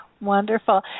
Wonderful